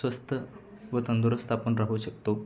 स्वस्थ व तंदुरुस्त आपण राहू शकतो